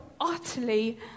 utterly